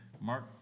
mark